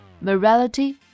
Morality